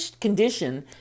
condition